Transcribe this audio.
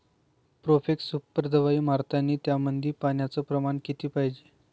Profex super दवाई मारतानी त्यामंदी पान्याचं प्रमाण किती पायजे?